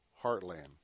heartland